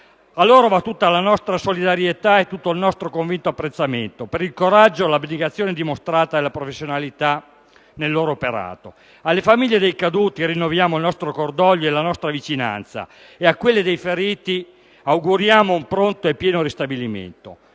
A loro va tutta la nostra solidarietà e tutto il nostro convinto apprezzamento, per il coraggio e l'abnegazione dimostrata e la professionalità nel loro operato. Alle famiglie dei caduti rinnoviamo il nostro cordoglio e la nostra vicinanza ed a quelli dei feriti auguriamo un pronto e pieno ristabilimento.